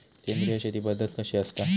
सेंद्रिय शेती पद्धत कशी असता?